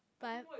five